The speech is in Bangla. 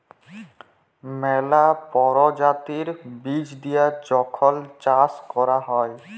ম্যালা পরজাতির বীজ দিঁয়ে যখল চাষ ক্যরা হ্যয়